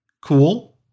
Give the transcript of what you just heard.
cool